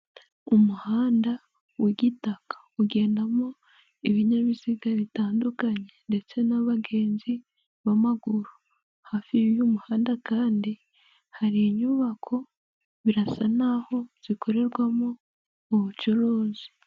Umuhanda w'igitaka ugendamo ibinyabiziga bitandukanye ndetse n'abagenzi b'amaguru, hafi y'uyu muhanda kandi hari inyubako birasa n'aho zikorerwamo ubucuruzi.